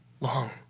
long